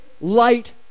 light